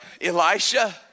Elisha